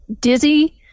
Dizzy